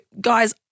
guys